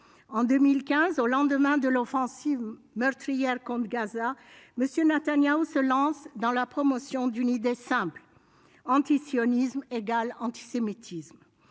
En 2015, au lendemain de l'offensive meurtrière contre Gaza, M. Netanyahou se lance dans la promotion d'une idée simple :« antisionisme égale antisémitisme.